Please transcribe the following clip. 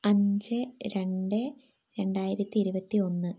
അഞ്ച് രണ്ട് രണ്ടായിരത്തി ഇരുപത്തി ഒന്ന്